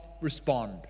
respond